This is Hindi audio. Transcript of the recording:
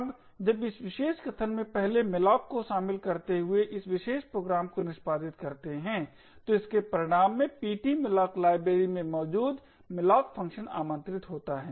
अब जब इस विशेष कथन में पहले malloc को शामिल करते हुए इस विशेष प्रोग्राम को निष्पादित करते है तो इसके परिणाम में ptmalloc लाइब्रेरी में मौजूद malloc फ़ंक्शन आमंत्रित होता है